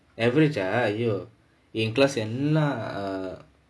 average ah !aiyo! என்:en class எல்லாம்:ellaam err